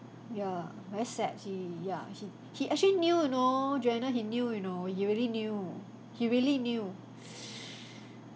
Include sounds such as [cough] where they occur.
ya very sad he ya he he actually knew you know joanna he knew you know he really knew he really knew [breath]